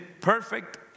perfect